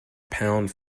pound